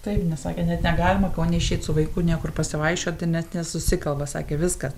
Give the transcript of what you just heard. taip nes sakė net negalima kaune išeit su vaiku niekur pasivaikščioti net nesusikalba sakė viskas